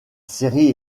série